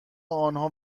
آنها